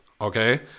okay